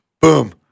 Boom